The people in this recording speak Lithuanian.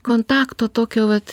kontakto tokio vat